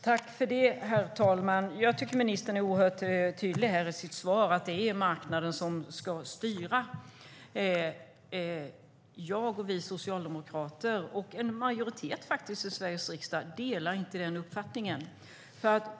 Herr talman! Jag tycker att ministern är oerhört tydlig i sitt svar: Det är marknaden som ska styra. Jag och vi socialdemokrater och en majoritet i Sveriges riksdag delar inte denna uppfattning.